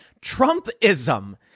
Trumpism